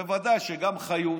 בוודאי שגם חיות